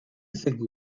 zaigu